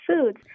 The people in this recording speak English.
foods